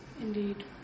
Indeed